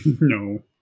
no